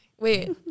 wait